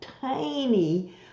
tiny